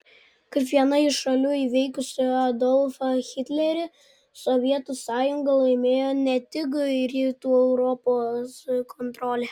kaip viena iš šalių įveikusių adolfą hitlerį sovietų sąjunga laimėjo ne tik rytų europos kontrolę